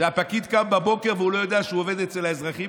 שהפקיד קם בבוקר והוא לא יודע שהוא עובד אצל האזרחים.